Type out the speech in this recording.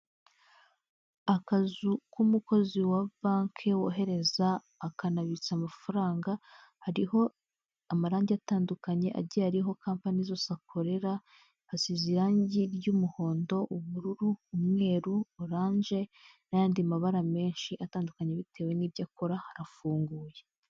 Akazu k'umukozi wa banki wohereza akanabitsa amafaranga, hariho amarangi atandukanye agiye ariho kampani zose akorera, hasize irangi ry'umuhondo, ubururu, umweru, oranje, n'ayandi mabara menshi atandukanye bitewe n'ibyo akora, harafunguye.